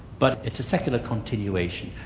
but it's a secular continuation.